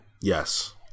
Yes